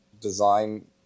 design